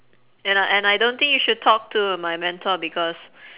and I and I don't think you should talk to my mentor because